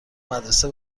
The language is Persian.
مدرسه